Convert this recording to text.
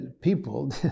people